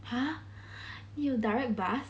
!huh! you have direct bus